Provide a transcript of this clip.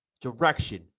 direction